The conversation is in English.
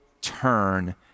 turn